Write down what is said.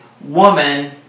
woman